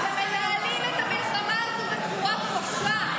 אתם מנהלים את המלחמה הזאת בצורה פושעת.